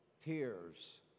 tears